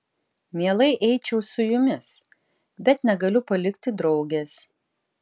mielai eičiau su jumis bet negaliu palikti draugės